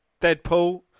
Deadpool